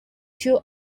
two